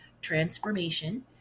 transformation